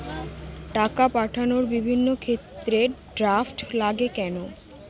টাকা পাঠানোর বিভিন্ন ক্ষেত্রে ড্রাফট লাগে কেন?